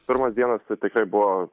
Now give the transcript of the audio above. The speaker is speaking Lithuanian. pirmos dienos tai tikrai buvo